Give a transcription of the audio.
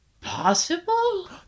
possible